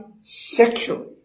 sexually